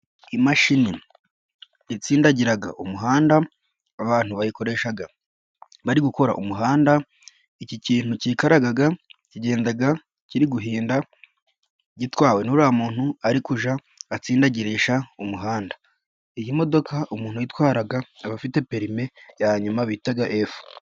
Imashini itsindagira umuhanda, abantu bayikoresha bari gukora umuhanda. Iki kintu cyikaraga kigenda kiri guhinda. Gitwawe n'uriya muntu. Ari kujya atsindagirisha umuhanda. Iyi modoka umuntu uyitwara aba afite perime ya nyuma bitaga F.